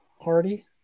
Hardy